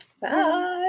Bye